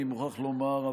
אני מוכרח לומר,